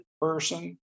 person